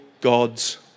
God's